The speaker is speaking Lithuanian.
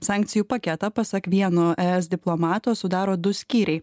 sankcijų paketą pasak vieno es diplomato sudaro du skyriai